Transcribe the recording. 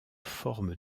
forme